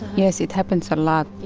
yes, it happens a lot.